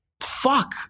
fuck